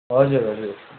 हजुर हजुर